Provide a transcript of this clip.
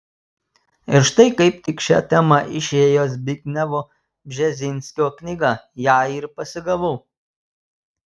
ir štai kaip tik šia tema išėjo zbignevo bžezinskio knyga ją ir pasigavau